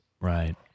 Right